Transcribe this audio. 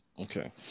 Okay